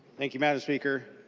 thank you mme. and speaker.